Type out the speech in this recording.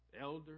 elder